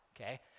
okay